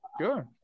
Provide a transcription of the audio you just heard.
Sure